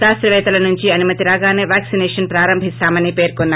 శాస్తపేత్తల నుంచి అనుమతి రాగానే వాక్సినేషన్ ప్రారంభిస్తామని పేర్కొన్నారు